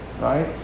right